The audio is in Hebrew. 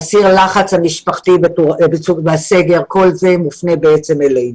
סיר הלחץ המשפחתי בסגר כאשר כל זה מופנה אלינו.